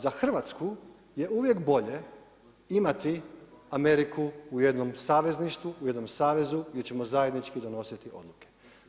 Za Hrvatsku je uvijek bolje imati Ameriku u jednom savezništvu, u jednom savezu gdje ćemo zajednički donositi odluke.